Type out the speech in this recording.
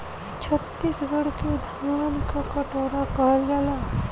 छतीसगढ़ के धान क कटोरा कहल जाला